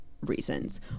reasons